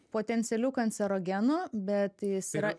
potencialiu kancerogenu bet jis yra